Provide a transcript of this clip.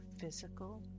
physical